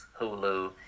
Hulu